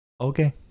Okay